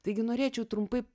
taigi norėčiau trumpai